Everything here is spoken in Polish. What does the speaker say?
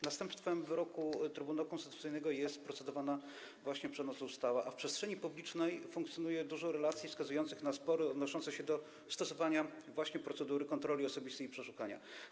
Następstwem wyroku Trybunału Konstytucyjnego jest procedowana właśnie przez nas ustawa, a w przestrzeni publicznej funkcjonuje dużo informacji wskazujących na spory odnoszące się do stosowania właśnie procedury kontroli osobistej i przeszukania.